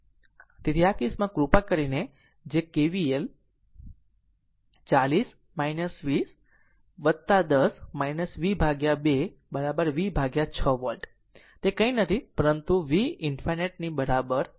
તેથી આ કેસમાં કૃપા કરીને કે જે KVL 40 v 10 v2 v6 v છે તે કંઈ નથી પરંતુ v ∞ બરાબર છે